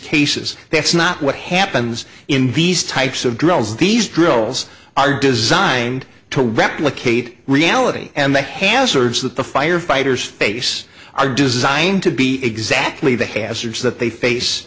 cases that's not what happens in v's types of drills these drills are designed to replicate reality and the hazards that the firefighters face are designed to be exactly the hazards th